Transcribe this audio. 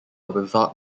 without